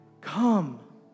come